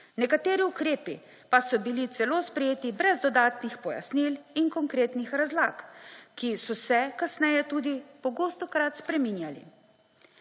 Nekateri ukrepi pa so bili celo sprejeti brez dodatnih pojasnil in konkretnih razlag, ki so se kasneje tudi pogostokrat spreminjali.